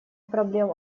проблем